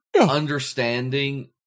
Understanding